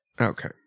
Okay